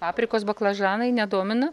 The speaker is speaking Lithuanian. paprikos baklažanai nedomina